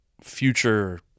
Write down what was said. future